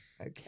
Okay